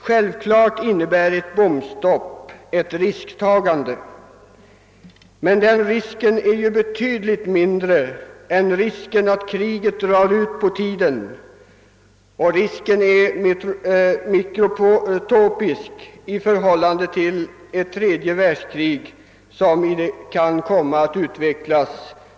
Självfallet innebär ett bombstopp ett risktagande, men den risken är betydligt mindre än risken att kriget drar ut på tiden och är naturligtvis mikroskopisk i förhållande till risken att ett tredje världskrig kan komma att utvecklas.